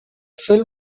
film